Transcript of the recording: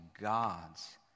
God's